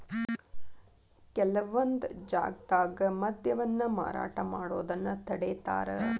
ಕೆಲವೊಂದ್ ಜಾಗ್ದಾಗ ಮದ್ಯವನ್ನ ಮಾರಾಟ ಮಾಡೋದನ್ನ ತಡೇತಾರ